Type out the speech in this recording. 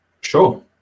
sure